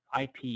IP